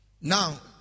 Now